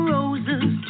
Roses